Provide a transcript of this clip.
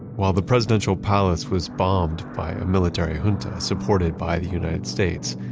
while the presidential palace was bombed by a military junta supported by the united states,